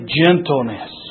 gentleness